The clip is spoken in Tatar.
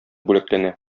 бүләкләнә